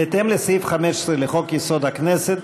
בהתאם לסעיף 15 לחוק-יסוד: הכנסת,